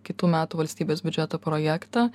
kitų metų valstybės biudžeto projektą